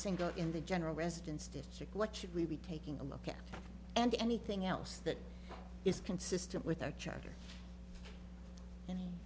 single in the general residence district what should we be taking a look at and anything else that is consistent with our charter an